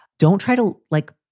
don't try to, like,